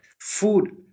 food